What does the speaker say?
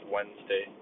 Wednesday